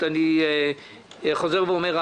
אני חוזר ואומר,